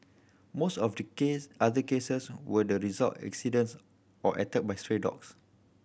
most of the case other cases were the result accidents or attack by stray dogs